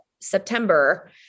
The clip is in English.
September